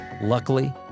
Luckily